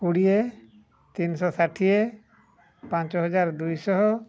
କୋଡ଼ିଏ ତିନି ଶହ ଷାଠିଏ ପାଞ୍ଚ ହଜାର ଦୁଇ ଶହ